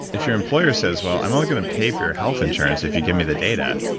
if your employer says, well, i'm only going to pay for your health insurance if you give me the data.